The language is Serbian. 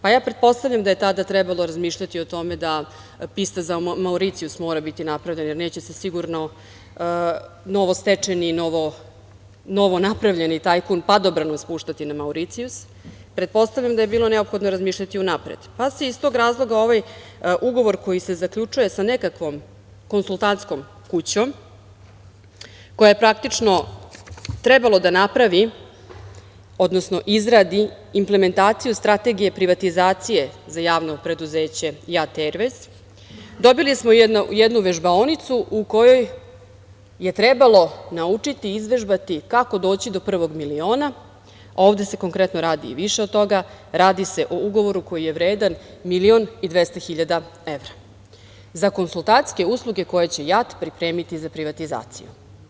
Pretpostavljam da je tada trebalo razmišljati o tome da pista za Mauricijus mora biti napravljena, jer neće se sigurno novostečeni i novonapravljeni tajkun padobranom spuštati na Mauricijus, pretpostavljam da je bilo neophodno razmišljati unapred, pa se iz tog razloga ovaj ugovor koji se zaključuje sa nekakvom konsultantskom kućom, koja je, praktično, trebalo da napravi, odnosno izradi implementaciju strategije privatizacije za javno preduzeće "Jat Aiarways", dobili smo jednu vežbaonicu u kojoj je trebalo naučiti i izvežbati kako doći do prvog miliona, a ovde se konkretno radi i više od toga, radi se o ugovoru koji je vredan 1.200.000 evra, za konsultantske usluge koje će "Jat Aiarways" pripremiti za privatizaciju.